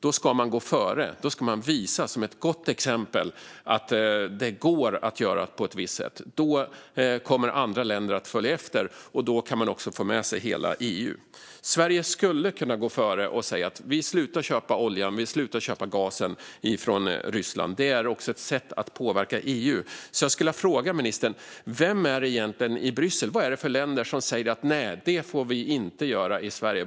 Då ska man gå före och visa som ett gott exempel att det går att göra på ett visst sätt. Då kommer andra länder att följa efter, och då kan man också få med sig hela EU. Vi i Sverige skulle kunna gå före och säga att vi slutar att köpa olja och gas från Ryssland. Det är också ett sätt att påverka EU. Jag skulle vilja fråga ministern: Vem i Bryssel - vilka länder - är det egentligen som säger att vi inte får göra detta i Sverige?